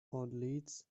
leads